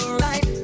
right